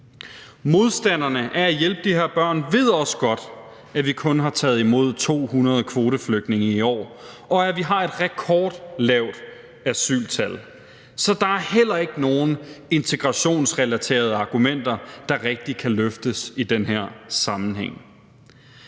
de her børn ved også godt, at vi kun har taget imod 200 kvoteflygtninge i år, og at vi har et rekordlavt asyltal, så der er heller ikke nogen integrationsrelaterede argumenter, der rigtig kan løftes i den her sammenhæng.